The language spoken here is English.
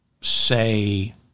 say